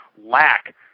lack